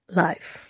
life